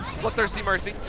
one thursday mercy.